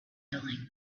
them